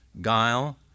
guile